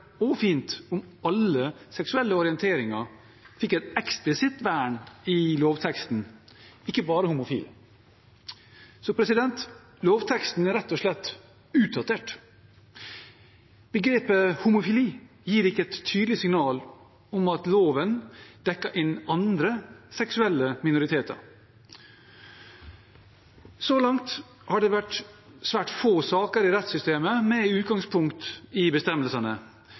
fint at alle typer seksuell orientering fikk et eksplisitt vern i lovteksten – ikke bare homofile. Lovteksten er rett og slett utdatert. Begrepet «homofili» gir ikke et tydelig signal om at loven dekker inn andre seksuelle minoriteter. Så langt har det vært svært få saker i rettssystemet med utgangspunkt i bestemmelsene,